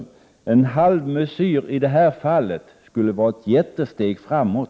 Men en halvmesyr i det här fallet skulle innebära ett jättestort steg framåt.